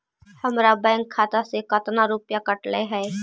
हमरा बैंक खाता से कतना रूपैया कटले है?